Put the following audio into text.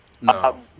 No